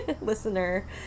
listener